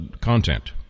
content